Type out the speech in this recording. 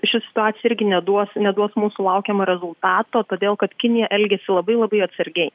ši situacija irgi neduos neduos mūsų laukiamo rezultato todėl kad kinija elgiasi labai labai atsargiai